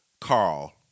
Carl